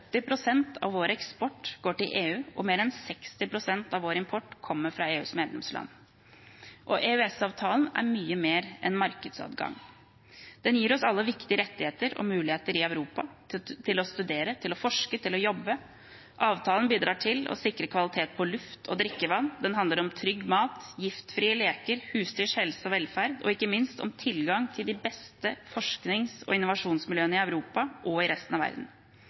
av vår eksport går til EU og mer enn 60 pst. av vår import kommer fra EUs medlemsland. EØS-avtalen er mye mer enn markedsadgang. Den gir oss alle viktige rettigheter og muligheter i Europa – til å studere, til å forske, til å jobbe. Avtalen bidrar til å sikre kvalitet på luft og drikkevann, den handler om trygg mat, giftfrie leker, husdyrs helse og velferd og ikke minst om tilgang til de beste forsknings- og innovasjonsmiljøene i Europa og i resten av verden.